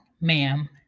Ma'am